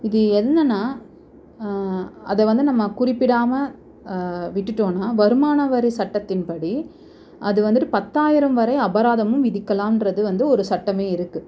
இது என்னென்னால் அதை வந்து நம்ம குறிப்பிடாமல் விட்டுவிட்டோன்னா வருமான வரி சட்டத்தின் படி அது வந்துட்டு பத்தாயிரம் வரை அபராதமும் விதிக்கலாங்றது வந்து ஒரு சட்டமே இருக்குது